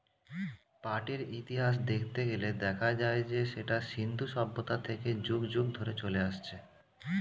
পাটের ইতিহাস দেখতে গেলে দেখা যায় যে সেটা সিন্ধু সভ্যতা থেকে যুগ যুগ ধরে চলে আসছে